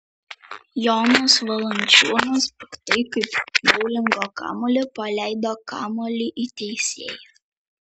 jonas valančiūnas piktai kaip boulingo kamuolį paleido kamuolį į teisėją